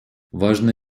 важно